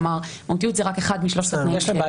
כלומר מהותיות זה רק אחד משלושת התנאים שהופכים